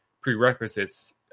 prerequisites